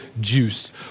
juice